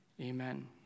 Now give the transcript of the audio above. Amen